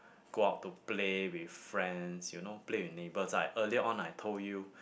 go out to play with friends you know play with neighbors right earlier on I told you